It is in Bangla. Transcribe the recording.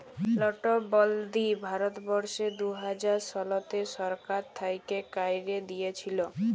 লটবল্দি ভারতবর্ষে দু হাজার শলতে সরকার থ্যাইকে ক্যাইরে দিঁইয়েছিল